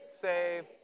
save